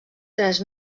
tres